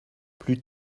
plus